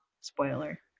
Spoiler